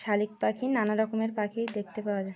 শালিক পাখি নানা রকমের পাখি দেখতে পাওয়া যায়